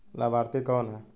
लाभार्थी कौन है?